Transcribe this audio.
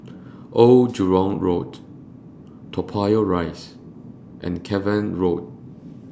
Old Jurong Road Toa Payoh Rise and Cavan Road